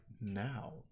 now